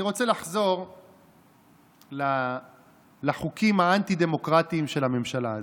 אני רוצה לחזור לחוקים האנטי-דמוקרטיים של הממשלה הזאת.